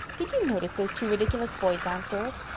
did you notice those two ridiculous boys downstairs?